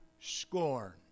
scorn